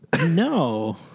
no